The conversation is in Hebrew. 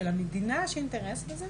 שלמדינה יש אינטרס בזה,